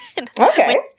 Okay